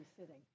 sitting